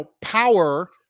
power